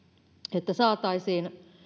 että saataisiin